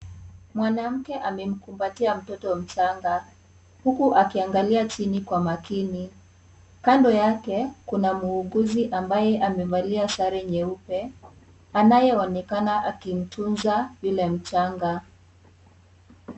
Mwanamke amemkumbatia mtoto mchanga, huku akiangalia chini kwa makini, kando yake, kuna muuguzi ambaye amevalia sare nyeupe, anayeonekana akimtunza yule mchanga.